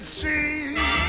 Street